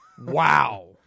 Wow